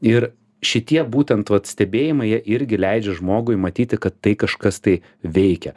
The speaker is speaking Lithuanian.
ir šitie būtent vat stebėjimai jie irgi leidžia žmogui matyti kad tai kažkas tai veikia